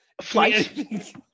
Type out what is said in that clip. flight